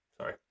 sorry